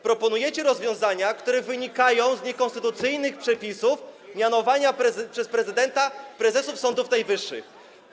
Proponujecie rozwiązania, które wynikają z niekonstytucyjnych przepisów mianowania przez prezydenta prezesów Sądu Najwyższego.